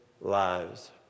lives